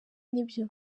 nibyo